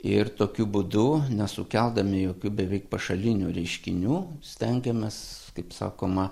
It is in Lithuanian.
ir tokiu būdu nesukeldami jokių beveik pašalinių reiškinių stengiamės kaip sakoma